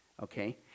Okay